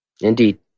Indeed